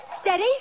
Steady